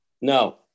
No